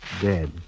dead